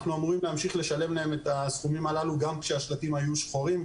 אנחנו אמורים להמשיך לשלם להן את הסכומים הללו גם כשהשלטים היו שחורים,